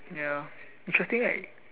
ya interesting right